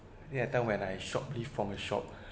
ya that time when I shoplift from a shop